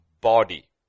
body